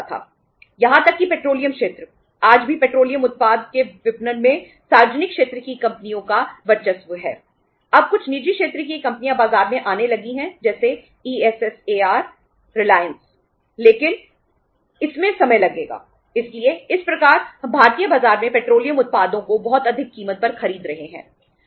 यहां तक कि पेट्रोलियम उत्पादों को बहुत अधिक कीमत पर खरीद रहे हैं